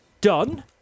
done